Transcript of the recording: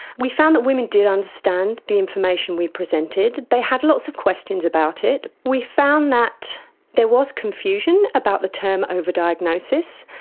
we found that women did understand the information we presented. they had lots of questions about it. we found that there was confusion about the term over-diagnosis.